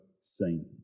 seen